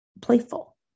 playful